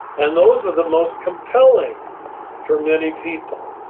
and those are the most compelling for many people.